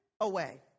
away